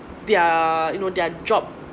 their you know their job